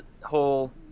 whole